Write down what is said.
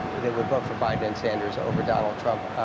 they would vote for biden and sanders over donald trump.